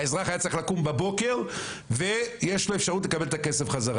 האזרח היה צריך לקום בבוקר ויש לו אפשרות לקבל את הכסף חזרה.